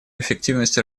эффективности